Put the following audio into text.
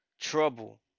trouble